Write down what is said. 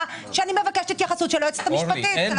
שאני מבקשת התייחסות של היועצת המשפטית של הוועדה.